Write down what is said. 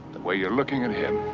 way you're looking at him.